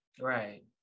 Right